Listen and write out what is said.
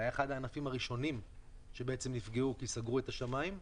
זה היה אחד הענפים הראשונים שנפגעו כי סגרו את השמיים.